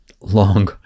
long